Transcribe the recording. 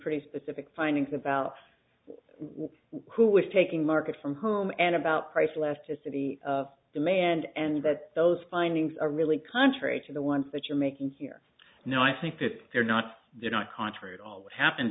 pretty specific findings about what who was taking market from home and about price elasticity of demand and that those findings are really contrary to the ones that you're making here now i think that they're not they're not contrary at all what happened